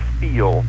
feel